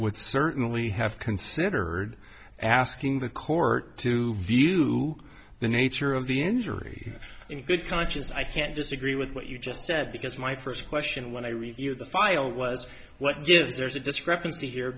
would certainly have considered asking the court to view the nature of the injury in good conscience i can't disagree with what you just said because my first question when i reviewed the file was what gives there's a discrepancy here